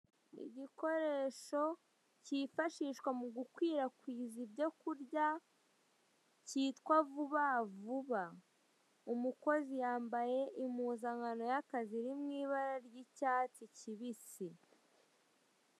Igikoresho cyifashishwa mu gukwirakwiza ibyo kurya, cyitwa vuva vuba. Umukozi yambaye impuzankoano y'akazi, iri mu ibara ry'icyatsi kibisi.